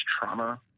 trauma